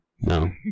No